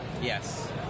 Yes